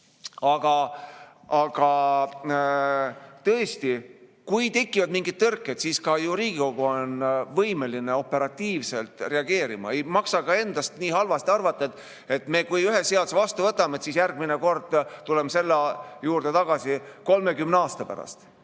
aga tõesti, kui tekivad mingid tõrked, siis ka Riigikogu on võimeline operatiivselt reageerima. Ei maksa endast nii halvasti arvata, et kui me ühe seaduse vastu võtame, siis järgmine kord tuleme selle juurde tagasi 30 aasta pärast.